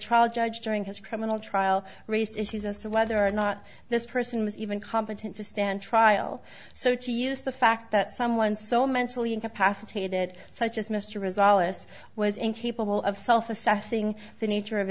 trial judge during his criminal trial raised issues as to whether or not this person was even competent to stand trial so to use the fact that someone so mentally incapacitated such as mystery's all this was incapable of self assessing the nature of